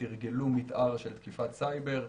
שתרגלו מתאר של תקיפת סייבר,